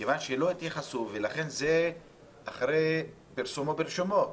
מכיוון שלא התייחסו אז זה אחרי פרסומו ברשומות.